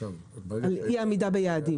על אי-עמידה ביעדים.